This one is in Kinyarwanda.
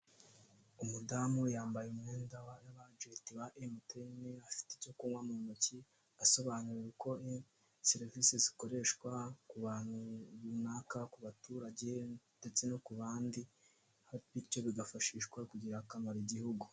Umudamu yambaye umwenda waba egenti ba emutiyene, afite icyo kunywa mu ntoki, asobanura uko serivisi zikoreshwa ku bantu runaka, ku baturage ndetse no ku bandi, bityo bigafashishwa kugirira akamaro igihugu.